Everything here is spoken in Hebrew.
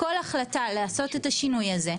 כל החלטה לעשות את השינוי הזה,